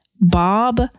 Bob